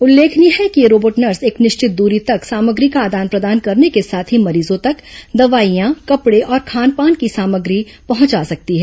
उल्लेखनीय है कि यह रोबोट नर्स एक निश्चित दूरी तक सामग्री का आदान प्रदान करन के साथ ही मरीजों तक दवाईयां कपड़े और खानपान की सामग्री पहुंचा सकती है